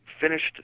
finished